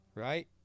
Right